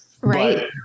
Right